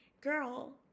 girl